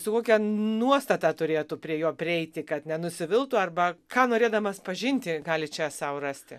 su kokia nuostata turėtų prie jo prieiti kad nenusiviltų arba ką norėdamas pažinti gali čia sau rasti